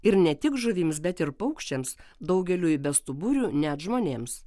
ir ne tik žuvims bet ir paukščiams daugeliui bestuburių net žmonėms